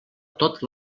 tot